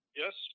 yes